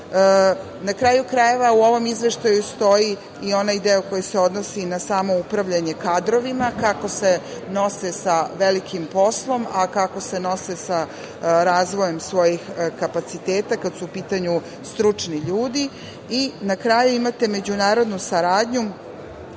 kraju krajeva, u ovom izveštaju stoji i onaj deo koji se odnosi na samo upravljanje kadrovima, kako se nose sa velikim poslom, a kako se nose sa razvojem svojih kapaciteta, kad su u pitanju stručni ljudi. Na kraju, imate međunarodnu saradnju,